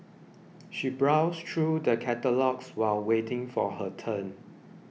she browsed through the catalogues while waiting for her turn